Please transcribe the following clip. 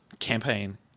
campaign